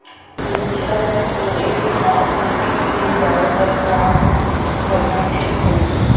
मिरचा ला तोड़े के बाद मंडी ले जाए बर का मा भरना ठीक होही?